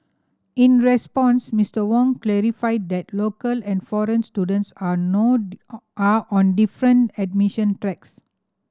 in response Mister Wong clarified that local and foreign students are no are on different admission tracks